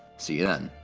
see you then